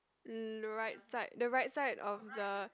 mm the right side the right side of the